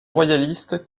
royalistes